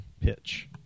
pitch